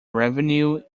revenue